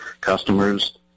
customers